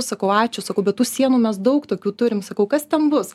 sakau ačiū sakau bet tų sienų mes daug tokių turim sakau kas ten bus